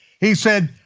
he said,